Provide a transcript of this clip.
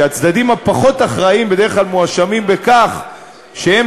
הצדדים הפחות אחראיים בדרך כלל מואשמים בכך שהם